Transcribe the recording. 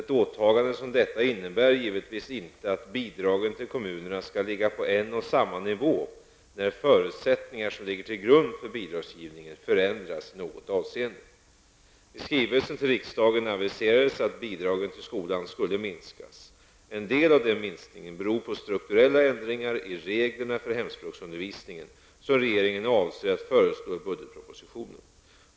Ett åtagande som detta innebär givetvis inte att bidragen till kommunerna skall ligga på en och samma nivå när förutsättningar som ligger till grund för bidragsgivningen förändras i något avseende. I skrivelsen till riksdagen aviserades att bidragen till skolan skulle minskas. En del av den minskningen beror på strukturella ändringar i reglerna för hemspråksundervisningen, som regeringen avser att föreslå i budgetpropositionen.